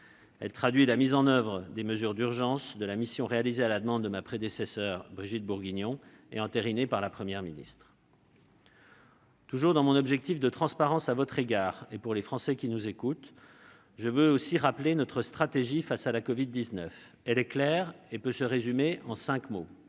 Elle traduit la mise en oeuvre des mesures d'urgence de la mission réalisée à la demande de ma prédécesseure Brigitte Bourguignon et entérinée par la Première ministre. Toujours dans mon objectif de transparence à votre égard et pour les Français qui nous écoutent, je veux aussi rappeler notre stratégie face à la covid-19. Elle est claire et peut se résumer en cinq mots